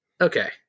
okay